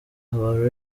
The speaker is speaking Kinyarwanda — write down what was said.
aba